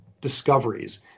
discoveries